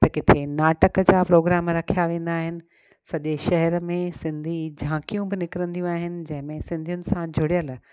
त किथे नाटक जा प्रोग्राम रखिया वेंदा आहिनि सॼे शहर में सिंधी झांकियूं बि निकिरंदियूं आहिनि जंहिंमें सिंधियुनि सां जुड़ियलु